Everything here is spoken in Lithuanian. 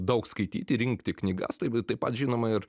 daug skaityti rinkti knygas tai va taip pat žinoma ir